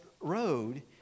road